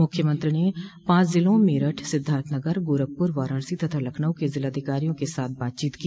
मुख्यमंत्री ने पांच जिलों मेरठ सिद्धार्थनगर गोरखप्र वाराणसी तथा लखनऊ के जिलाधिकारियों के साथ बातचीत की